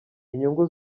inyungu